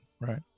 right